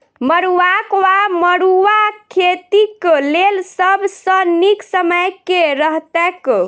मरुआक वा मड़ुआ खेतीक लेल सब सऽ नीक समय केँ रहतैक?